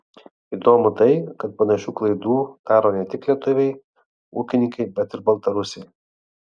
įdomu tai kad panašių klaidų daro ne tik lietuviai ūkininkai bet ir baltarusiai